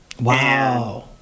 wow